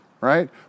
right